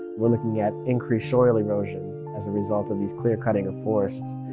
we're looking at increased soil erosion as a result of these clear-cutting of forests.